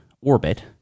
orbit